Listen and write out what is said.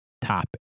top